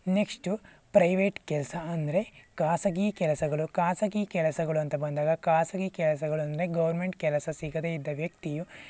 next private ಕೆಲಸ ಅಂದರೆ ಖಾಸಗಿ ಕೆಲಸಗಳು ಖಾಸಗಿ ಕೆಲಸಗಳು ಅಂತ ಬಂದಾಗ ಖಾಸಗಿ ಕೆಲಸಗಳಂದರೆ ಗೌರ್ಮೆಂಟ್ ಕೆಲಸ ಸಿಗದೇ ಇದ್ದ ವ್ಯಕ್ತಿಯು